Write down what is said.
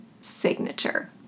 signature